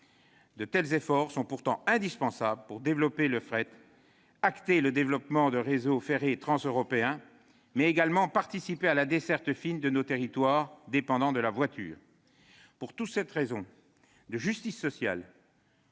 De tels efforts sont pourtant essentiels pour développer le fret et acter le développement de réseaux ferrés transeuropéens, mais également participer à la desserte fine de nos territoires dépendants de la voiture. Vous avez tout cassé ! Pour toutes ces raisons de justice sociale,